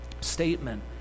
statement